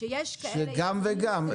שיש כאלה --- שגם וגם.